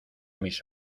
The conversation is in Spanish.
mis